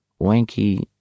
wanky